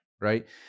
Right